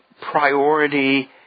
priority